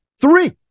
three